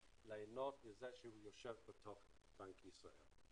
ליהנות מזה שזה יושב בתוך בנק ישראל.